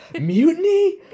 mutiny